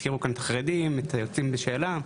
את החרדים, את היוצאים בשאלה,